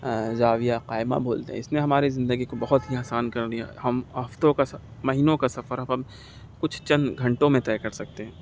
زاویہ قائمہ بولتے ہیں اِس نے ہمارے زندگی کو بہت ہی آسان کر دیا ہم ہفتوں کا مہینوں کا سفر اب ہم کچھ چند گھنٹوں میں طے کر سکتے ہیں